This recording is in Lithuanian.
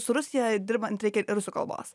su rusija dirbant reikia rusų kalbos